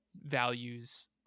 values